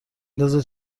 ندازه